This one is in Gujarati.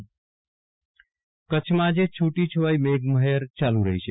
વિરલ રાણા વરસાદ કચ્છમાં આજે છૂટી છવાઈ મેઘ મહેર યાલુ રહી છે